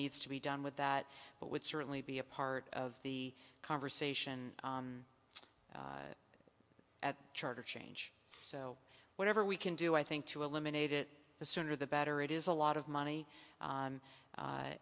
needs to be done with that but would certainly be a part of the conversation at charter change so whatever we can do i think to eliminate it the sooner the better it is a lot of money